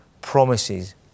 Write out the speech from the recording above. promises